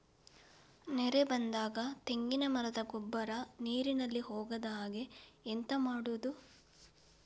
ನೆರೆ ಬಂದಾಗ ತೆಂಗಿನ ಮರದ ಗೊಬ್ಬರ ನೀರಿನಲ್ಲಿ ಹೋಗದ ಹಾಗೆ ಎಂತ ಮಾಡೋದು?